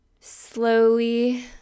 slowly